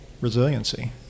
Resiliency